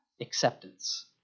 acceptance